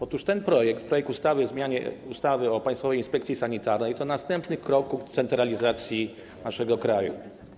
Otóż ten projekt, projekt ustawy o zmianie ustawy o Państwowej Inspekcji Sanitarnej, to następny krok ku centralizacji naszego kraju.